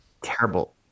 terrible